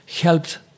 helped